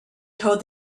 told